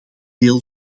deel